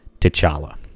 T'Challa